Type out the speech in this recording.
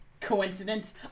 Coincidence